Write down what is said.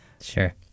Sure